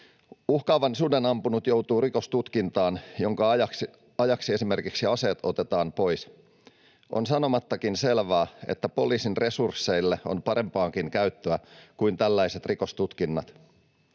Uhkaavan suden ampunut joutuu rikostutkintaan, jonka ajaksi esimerkiksi aseet otetaan pois. On sanomattakin selvää, että poliisin resursseille on parempaakin käyttöä kuin tällaiset rikostutkinnat.